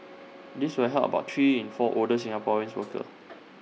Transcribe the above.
this will help about three in four older Singaporeans workers